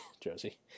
josie